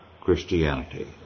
Christianity